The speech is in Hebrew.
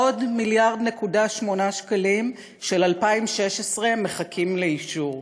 עוד 1.8 מיליארד שקלים של 2016 מחכים לאישור.